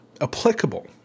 applicable